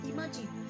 Imagine